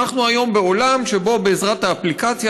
אנחנו היום בעולם שבו בעזרת האפליקציה,